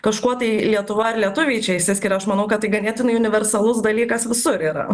kažkuo tai lietuva ir lietuviai čia išsiskiria aš manau kad tai ganėtinai universalus dalykas visur yra